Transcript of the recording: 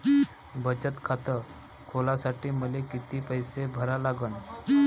बचत खात खोलासाठी मले किती पैसे भरा लागन?